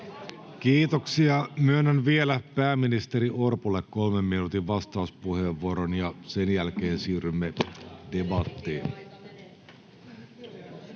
Kiitoksia. — Myönnän vielä pääministeri Orpolle kolmen minuutin vastauspuheenvuoron, ja sen jälkeen siirrymme debattiin.